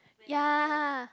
ya